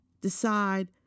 decide